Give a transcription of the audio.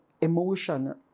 emotion